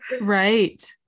Right